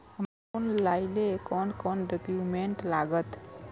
हमरा लोन लाइले कोन कोन डॉक्यूमेंट लागत?